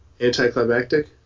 Anticlimactic